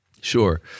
Sure